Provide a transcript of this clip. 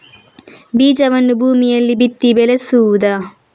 ಬೀಜವನ್ನು ಭೂಮಿಯಲ್ಲಿ ಬಿತ್ತಿ ಬೆಳೆಸುವುದಾ?